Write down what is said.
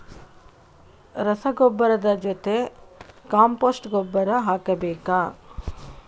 ರಸಗೊಬ್ಬರದ ಜೊತೆ ಕಾಂಪೋಸ್ಟ್ ಗೊಬ್ಬರ ಹಾಕಬೇಕಾ?